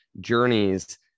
journeys